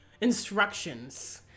instructions